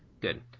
Good